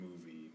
movie